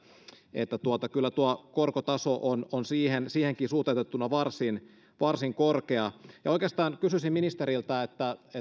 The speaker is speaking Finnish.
että kyllä tuo korkotaso on on siihenkin suhteutettuna varsin varsin korkea oikeastaan kysyisin ministeriltä